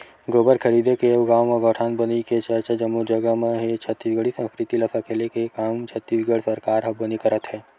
गोबर खरीदे के अउ गाँव म गौठान बनई के चरचा जम्मो जगा म हे छत्तीसगढ़ी संस्कृति ल सकेले के काम छत्तीसगढ़ सरकार ह बने करत हे